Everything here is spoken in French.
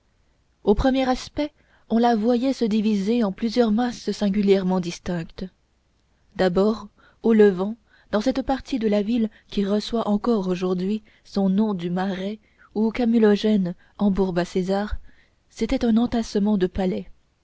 au premier aspect on la voyait se diviser en plusieurs masses singulièrement distinctes d'abord au levant dans cette partie de la ville qui reçoit encore aujourd'hui son nom du marais où camulogène embourba césar c'était un entassement de palais